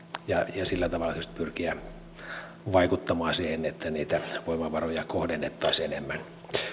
ja sillä tavalla just pyrkimällä vaikuttamaan siihen että niitä voimavaroja kohdennettaisiin enemmän